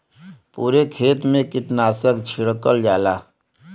पुरे खेत मे कीटनाशक छिड़कल जाला